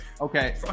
Okay